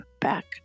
back